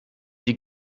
die